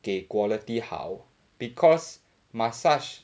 给 quality 好 because massage